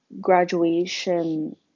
graduation